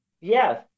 yes